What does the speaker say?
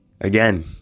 Again